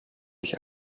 sich